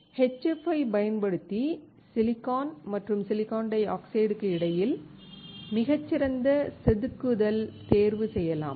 HF ஐப் பயன்படுத்தி Si மற்றும் SiO2 க்கு இடையில் மிகச் சிறந்த செதுக்குதல் தேர்வு செய்யலாம்